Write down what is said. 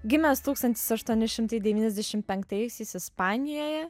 gimęs tūkstantis aštuoni šimtai devyniasdešim penktaisiais ispanijoje